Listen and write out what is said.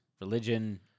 religion